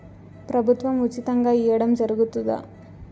ప్రభుత్వం ఉచితంగా ఇయ్యడం జరుగుతాదా?